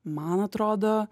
man atrodo